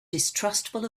distrustful